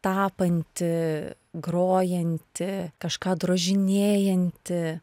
tapantį grojantį kažką drožinėjantį